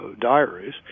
diaries